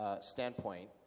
standpoint